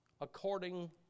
according